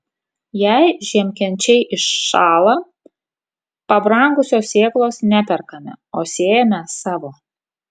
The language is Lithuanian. jei žiemkenčiai iššąla pabrangusios sėklos neperkame o sėjame savo